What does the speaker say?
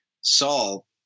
Saul